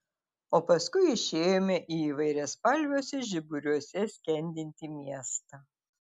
o paskui išėjome į įvairiaspalviuose žiburiuose skendintį miestą